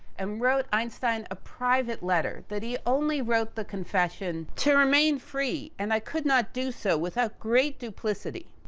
and wrote einstein a private letter, that he only wrote the confession to remain free. and, i could not do so without great duplicity.